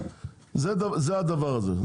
זה הדבר הזה,